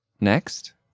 next